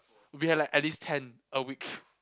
we have like at least ten a week